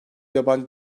yabancı